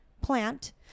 plant